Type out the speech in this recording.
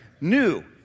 new